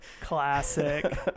Classic